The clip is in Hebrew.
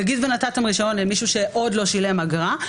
נגיד ונתתם רישיון למישהו שעוד לא שילם את האגרה,